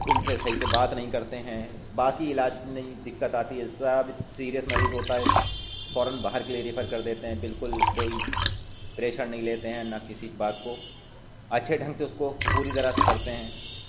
ان سے صحیح سے بات نہیں کرتے ہیں باقی علاج میں یہ دقت آتی ہے ذرا بھی سیریس مریض ہوتا ہے فورآٓ باہر کے لیے ریفر کر دیتے ہیں بالکل کوئی پریشر نہیں لیتے ہیں نہ کسی بات کو اچھے ڈھنگ سے اس کو پوری طرح سے کرتے ہیں